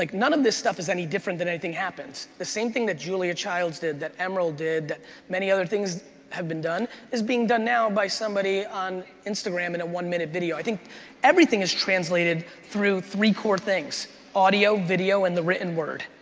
like none of this stuff is any different than anything happens. the same thing that julia childs did, that emeril did, that many other things have been done is being done now by somebody on instagram in a one-minute video. i think everything is translated through three core things audio, video, and the written word.